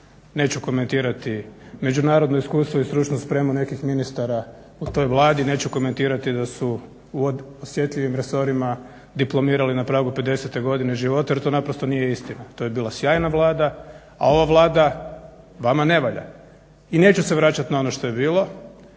neću komentirati međunarodno iskustvo i stručnu spremu nekih ministara u toj Vladi, neću komentirati da su u osjetljivim resorima diplomirali na pravu 50 godine života jer to naprosto nije istina, to je bila sjajna Vlada, a ova Vlada vama ne valja. I neću se vraćati na ono što je bilo,